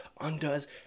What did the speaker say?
undoes